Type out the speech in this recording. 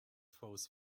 foes